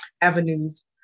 avenues